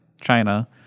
China